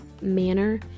manner